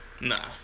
Nah